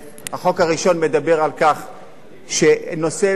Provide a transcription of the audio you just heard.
החוק הראשון מדבר על נושא התלות,